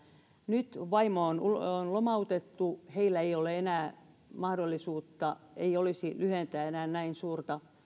nyt vaimo on on lomautettu heillä ei olisi enää mahdollisuutta lyhentää näin suurta